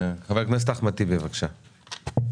חבר הכנסת טיבי, בבקשה.